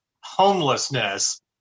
homelessness